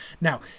Now